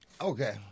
Okay